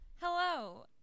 hello